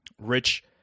rich